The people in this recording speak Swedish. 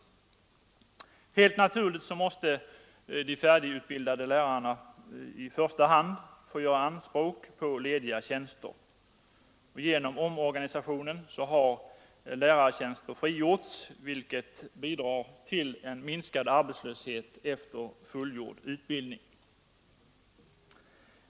Helt naturligt måste i första hand de färdigutbildade lärarna få göra anspråk på lediga tjänster. Genom omorganisationen har lärartjänster frigjorts, vilket bidrar till minskad arbetslöshet efter fullgjord utbildning.